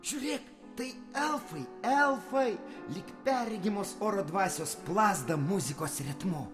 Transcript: žiūrėk tai elfai elfai lyg perregimos oro dvasios plazda muzikos ritmu